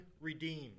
redeemed